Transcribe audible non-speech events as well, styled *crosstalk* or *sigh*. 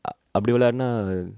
ah அப்டி வெளயாடினா:apdi velayadina *noise*